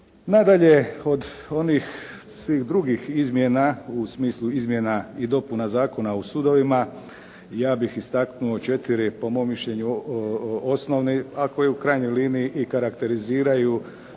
Nadalje, od onih svih drugih izmjena u smislu izmjena i dopuna Zakona o sudovima, ja bih istaknuo 4 po mom mišljenju osnovnih, a koji u krajnjoj liniji i karakteriziraju